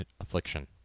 affliction